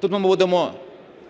Тут ми будемо